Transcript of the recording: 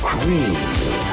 Green